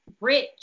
rich